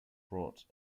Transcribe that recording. brought